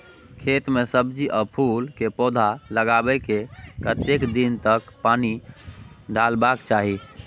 खेत मे सब्जी आ फूल के पौधा लगाबै के कतेक दिन तक पानी डालबाक चाही?